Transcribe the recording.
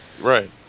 Right